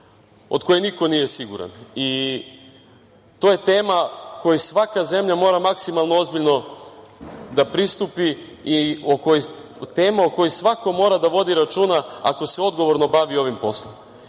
od koje niko nije siguran. To je tema kojoj svaka zemlja mora maksimalno ozbiljno da pristupi i tema o kojoj svako mora da vodi računa ako se odgovorno bavi ovim poslom.